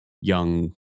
young